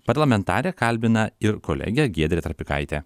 parlamentarę kalbina ir kolegė giedrė trapikaitė